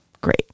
Great